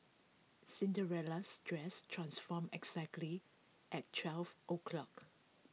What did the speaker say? Cinderella's dress transformed exactly at twelve o' clock